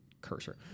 cursor